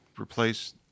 replace